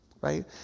Right